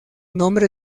nombre